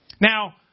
Now